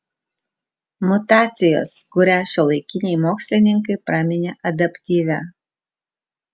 mutacijos kurią šiuolaikiniai mokslininkai praminė adaptyvia